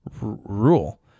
rule